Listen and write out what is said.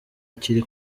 kiri